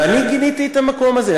ואני גיניתי מן המקום הזה.